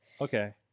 Okay